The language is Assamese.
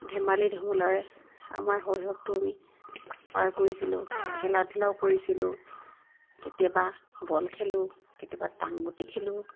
ধেমালি ধুমুলাৰে আমাৰ শৈশৱটো আমি পাৰ কৰিছিলোঁ খেলা ধূলাও কৰিছিলোঁ কেতিয়াবা বল খেলোঁ খেতিয়াবা টাং গুটি খেলোঁ